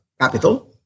capital